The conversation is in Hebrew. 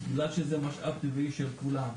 בגלל שזה משאב טבעי של כולם.